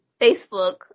Facebook